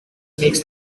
makes